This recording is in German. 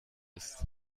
ist